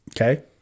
Okay